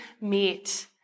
meet